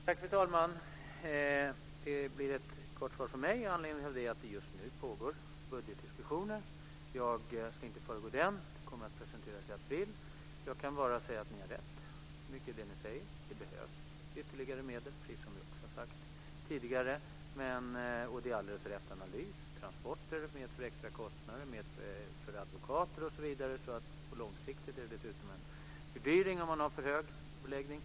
Fru talman! Det blir ett kort svar från mig, och anledningen till det är att det just nu pågår en budgetdiskussion. Jag ska inte föregå den. Det här kommer att presenteras i april. Jag kan bara säga att ni har rätt i mycket av det ni säger. Det behövs ytterligare medel, precis som vi också har sagt tidigare. Det är också en alldeles riktig analys att transporter medför extra kostnader för advokater osv. Långsiktigt är det dessutom en fördyring om man har för hög beläggning.